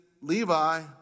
Levi